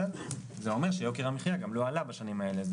בסדר, זה אומר שיוקר המחיה גם לא עלה בשנים האלה.